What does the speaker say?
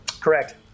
Correct